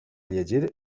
llegir